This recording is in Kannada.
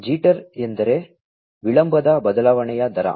ಜಿಟರ್ ಎಂದರೆ ವಿಳಂಬದ ಬದಲಾವಣೆಯ ದರ